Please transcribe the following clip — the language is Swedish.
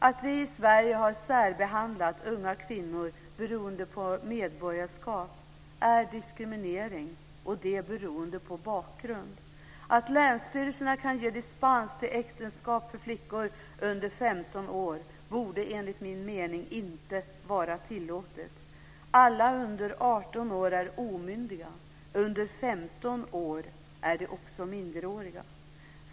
Att vi i Sverige har särbehandlat unga kvinnor beroende på medborgarskap är diskriminering beroende på bakgrund. Att länsstyrelserna kan ge dispens till äktenskap för flickor under 15 år borde enligt min mening inte vara tillåtet. Alla under 18 är omyndiga, de under 15 år är också minderåriga.